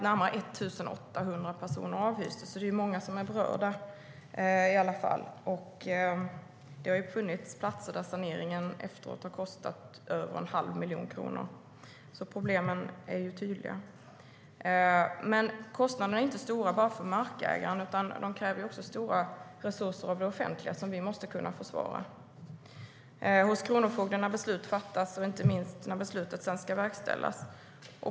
Närmare 1 800 personer avhystes, så många berördes. Det har funnits platser där saneringen efteråt har kostat över en halv miljon kronor. Problemen är alltså tydliga. Kostnaderna är stora inte bara för markägaren. Det krävs också stora resurser från det offentliga som vi måste kunna försvara. Beslut ska fattas hos kronofogden och sedan - inte minst - verkställas.